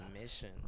Mission